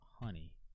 honey